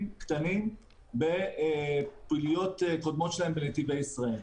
קטנים בפעילויות קודמות שלהם בנתיבי ישראל.